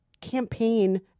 campaign